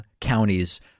counties